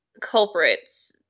Culprits